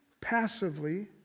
passively